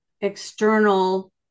external